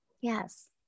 Yes